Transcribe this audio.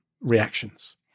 reactions